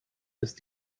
ist